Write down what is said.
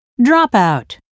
dropout